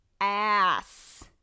ass